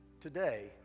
today